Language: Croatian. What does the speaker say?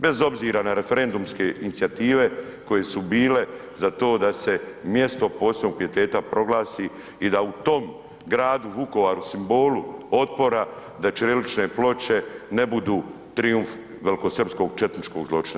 Bez obzira na referendumske inicijative koje su bile za to da se mjesto posebnog pijeteta proglasi i da u tom gradu Vukovaru, simbolu otpora, da ćirilične ploče ne budu trijumf velikosrpskog četničkog zločina.